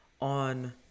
on